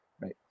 Right